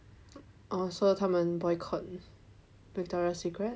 oh so 他们 boycott Victoria Secret